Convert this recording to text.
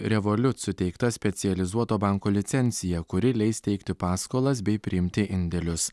revoliut suteikta specializuoto banko licencija kuri leis teikti paskolas bei priimti indėlius